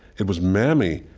it was mammy,